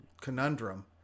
conundrum